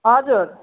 हजुर